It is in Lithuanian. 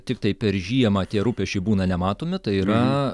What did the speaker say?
tiktai per žiemą tie rūpesčiai būna nematomi tai yra